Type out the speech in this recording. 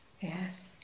Yes